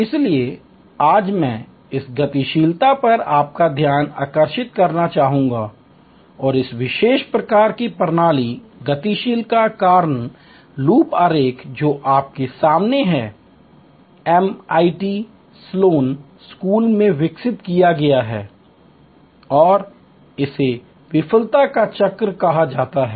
इसलिए आज मैं इस गतिशीलता पर आपका ध्यान आकर्षित करना चाहूंगा और इस विशेष प्रकार की प्रणाली गतिशील या कारण लूप आरेख जो आपके सामने है एमआईटी स्लोन स्कूल में विकसित किया गया है और इसे विफलता का चक्र कहा जाता है